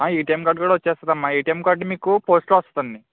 ఆ ATM card కూడా వచ్చేస్తుంది అమ్మా ఏటిఎం కార్డ్ మీకు పోస్ట్లో వస్తుందండి